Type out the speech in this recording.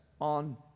on